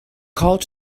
called